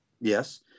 Yes